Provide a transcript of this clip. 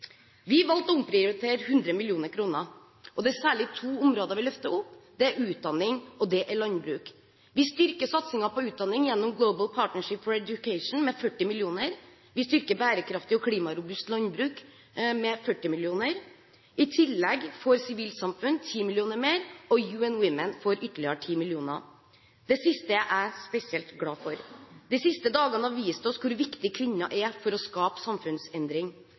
Vi valgte å omprioritere 100 mill. kr. Det er særlig to områder vi løfter opp, og det er utdanning og landbruk. Vi styrker satsingen på utdanning gjennom Global Partnership for Education med 40 mill. kr, og vi styrker bærekraftig og klimarobust landbruk med 40 mill. kr. I tillegg får sivilt samfunn 10 mill. kr mer og UN Women får ytterligere 10 mill. kr. Det siste er jeg spesielt glad for. De siste dagene har vist oss hvor viktig kvinner er for å skape samfunnsendring.